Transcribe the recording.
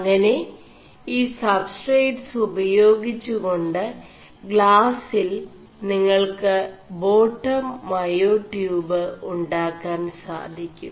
അÆെന ഈ സബ്സ്േ4ട്സ് ഉപേയാഗിggെകാ് øാøിൽ നിÆൾ ് േബാƒം മേയാടçøബ് ഉാ ാൻ സാധി ും